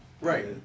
right